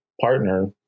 partner